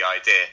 idea